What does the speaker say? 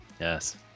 Yes